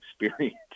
experience